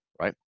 right